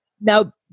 Now